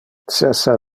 cessa